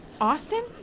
Austin